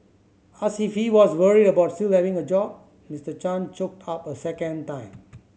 asked if he was worried about still having a job Mister Chan choked up a second time